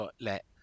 let